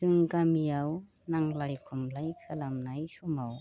जोंनि गामियाव नांज्लाय खमलाय खालामनाय समाव